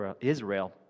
Israel